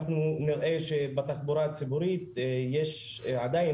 אנחנו נראה שבתחבורה הציבורית עדיין